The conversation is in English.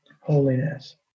holiness